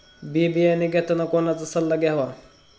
बी बियाणे घेताना कोणाचा सल्ला घ्यावा?